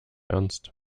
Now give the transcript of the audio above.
ernst